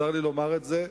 צר לי לומר את זה,